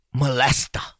Molesta